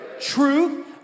truth